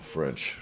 French